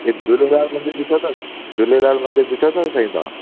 इहे झूलेलाल मंदरु ॾिठो अथव झूलेलाल मंदरु ॾिठो अथव साईं तव्हां